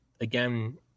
again